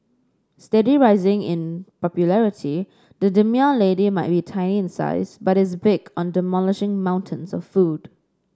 steadily rising in popularity the demure lady might be tiny in size but is big on demolishing mountains of food